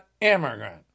immigrant